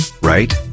right